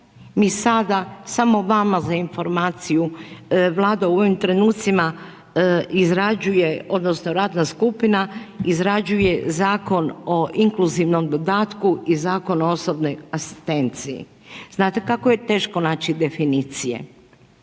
Mi sada samo vama za informaciju, Vlada u ovim trenucima izrađuje, odnosno radna skupina izrađuje Zakon o inkluzivnom dodatku i Zakon o osobnoj asistenciji. Znate kako je teško naći definicije?